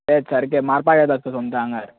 तेंच सारकें मारपाक येतात ते सोमते आंगार